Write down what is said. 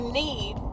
need